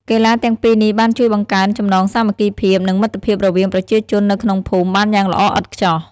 កីឡាទាំងពីរនេះបានជួយបង្កើនចំណងសាមគ្គីភាពនិងមិត្តភាពរវាងប្រជាជននៅក្នុងភូមិបានយ៉ាងល្អឥតខ្ចោះ។